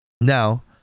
Now